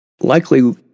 likely